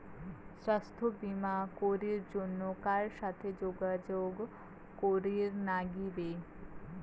স্বাস্থ্য বিমা করির জন্যে কার সাথে যোগাযোগ করির নাগিবে?